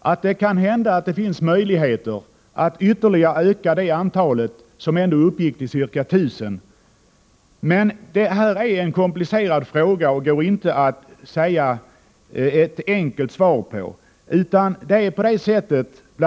att det kan hända att det finns möjligheter att ytterligare öka det antalet, som ändå uppgick till ca 1 000. Men det här är en komplicerad fråga som det inte går att ge ett enkelt svar på. Bl.